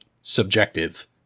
subjective